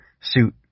suit